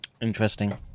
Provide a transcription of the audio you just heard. Interesting